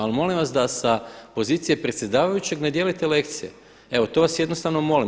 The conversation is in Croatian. Ali molim vas da sa pozicije predsjedavajućeg ne dijelite lekcije, evo to vas jednostavno molim.